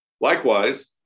Likewise